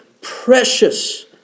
precious